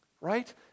right